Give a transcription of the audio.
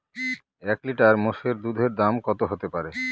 এক লিটার মোষের দুধের দাম কত হতেপারে?